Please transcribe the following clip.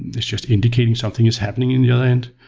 it's just indicating something is happening in the other end.